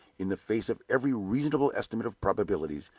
in the face of every reasonable estimate of probabilities,